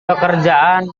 pekerjaan